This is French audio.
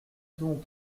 donc